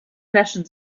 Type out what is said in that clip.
flaschen